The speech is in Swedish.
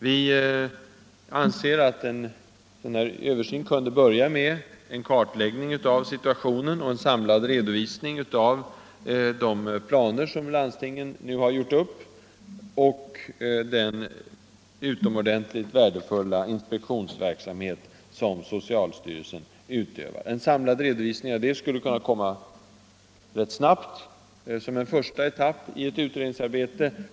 Vi anser att översynen kunde börja med en kartläggning av situationen och en samlad redovisning av de planer som landstingen nu har gjort upp samt den utomordentligt värdefulla inspektionsverksamhet som socialstyrelsen utövar. En samlad redovisning av detta skulle kunna komma rätt snabbt såsom en första etapp i ett utredningsarbete.